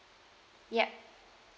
yes